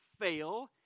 fail